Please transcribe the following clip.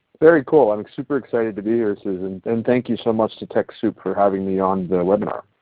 very cool, i'm super excited to be here susan. and thank you so much to techsoup for having me on the webinar.